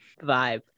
Vibe